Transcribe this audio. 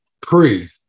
Pre